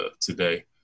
today